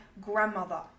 grandmother